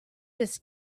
this